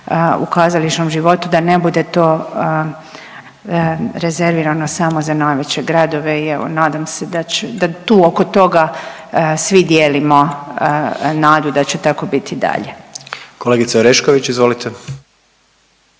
u kazališnom životu, da ne bude to rezervirano samo za najveće gradove i evo nadam se da tu oko toga svi dijelimo nadu da će tako biti i dalje. **Jandroković, Gordan